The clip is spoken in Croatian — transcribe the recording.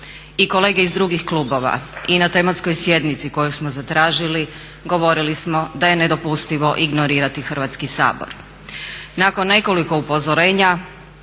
I kolege iz drugih klubova i na tematskoj sjednici koju smo zatražili govorili smo da je nedopustivo ignorirati Hrvatski sabor. Nakon nekoliko upozorenja